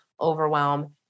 overwhelm